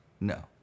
No